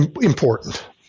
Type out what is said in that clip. important